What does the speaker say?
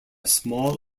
small